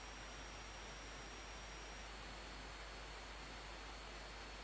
Grazie a tutti.